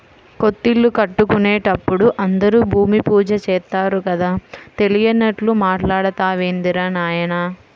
కొత్తిల్లు కట్టుకుంటున్నప్పుడు అందరూ భూమి పూజ చేత్తారు కదా, తెలియనట్లు మాట్టాడతావేందిరా నాయనా